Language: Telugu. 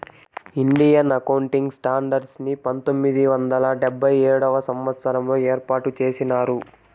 ఇండియన్ అకౌంటింగ్ స్టాండర్డ్స్ ని పంతొమ్మిది వందల డెబ్భై ఏడవ సంవచ్చరంలో ఏర్పాటు చేసినారు